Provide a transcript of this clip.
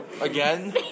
Again